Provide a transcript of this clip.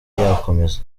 yakomeza